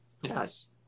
yes